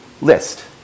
list